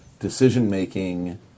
decision-making